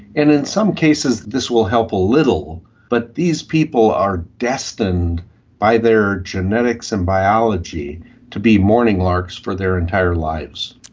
and in some cases this will help a little, but these people are destined by their genetics and biology to be morning larks for their entire lives.